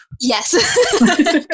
Yes